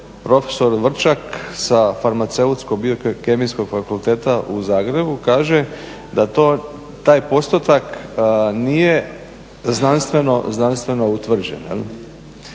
profesor Vrčak sa Farmaceutsko biokemijskog fakulteta u Zagrebu kaže da to, taj postotak nije znanstveno utvrđen.